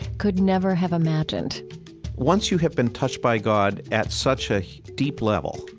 could never have imagined once you have been touched by god at such a deep level,